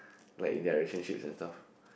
like in their relationships and stuff